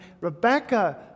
Rebecca